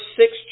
six